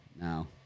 Now